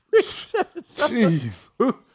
Jeez